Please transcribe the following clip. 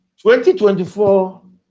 2024